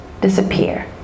disappear